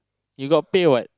you got pay what